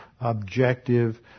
objective